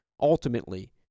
ultimately